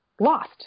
lost